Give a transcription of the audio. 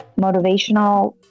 motivational